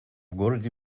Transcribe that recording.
городе